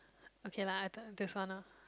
okay lah I thought this one lah